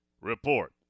Report